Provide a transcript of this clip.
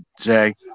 Jay